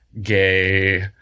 gay